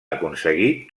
aconseguir